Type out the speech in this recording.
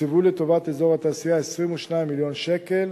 תוקצבו לטובת אזור התעשייה 22 מיליון שקלים